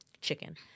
chicken